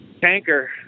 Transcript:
Tanker